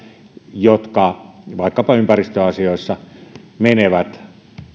jotka vaikkapa ympäristöasioissa menevät